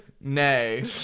Nay